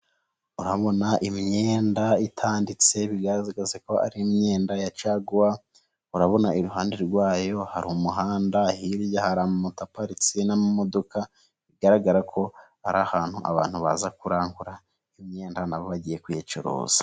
Urabona imyenda itanditse bigaragaza ko ari imyenda ya caguwa, urabona iruhande rwayo hari umuhanda, hirya hari amamoto ataparitse n'amamodoka, bigaragara ko ari ahantu abantu baza kurangura imyenda nabo bagiye kuyicurubozo.